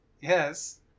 Yes